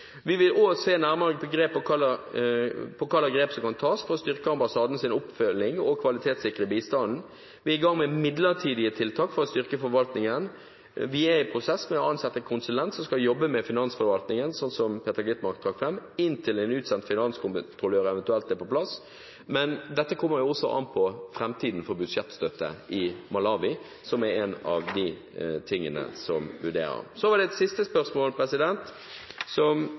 Vi vil også se nærmere på hva slags grep som kan tas for å styrke ambassadens oppfølging og kvalitetssikre bistanden. Vi er i gang med midlertidige tiltak for å styrke forvaltningen. Vi er i en prosess med å ansette en konsulent som skal jobbe med finansforvaltningen, slik Peter Skovholt Gitmark trakk fram, inntil en utsendt finanskontrollør eventuelt er på plass. Men dette kommer også an på budsjettstøtten i Malawi i framtiden, som er en av de tingene vi vurderer. Så var det et siste spørsmål som